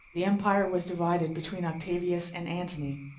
the empire was divided between octavius and antony,